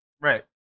Right